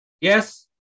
Yes